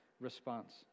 response